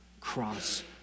cross